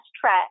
track